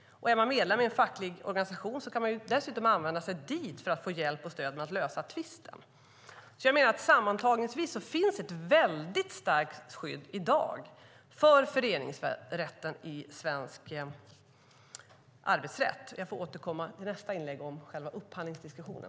Är man medlem i en facklig organisation kan man dessutom vända sig dit för att få hjälp och stöd med att lösa tvisten. Sammantaget finns det i dag ett mycket starkt skydd i svensk arbetsrätt för föreningsrätten. Jag får återkomma i nästa inlägg om själva upphandlingsdiskussionen.